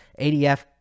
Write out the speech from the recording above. ADF